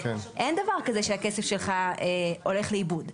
אין דבר כזה שהכסף שלך הולך לאיבוד.